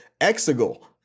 Exegol